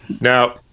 now